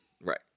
Right